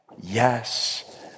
yes